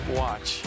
watch